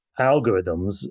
algorithms